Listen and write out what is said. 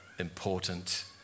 important